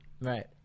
Right